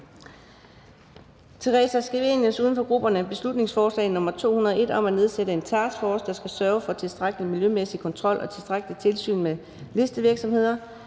(Forslag til folketingsbeslutning om at nedsætte en taskforce, der skal sørge for tilstrækkelig miljømæssig kontrol og tilstrækkeligt tilsyn med listevirksomheder).